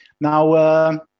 now